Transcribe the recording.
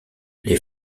les